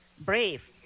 brave